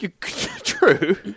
true